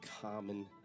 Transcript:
common